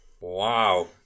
Wow